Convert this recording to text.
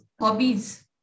hobbies